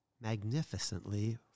magnificently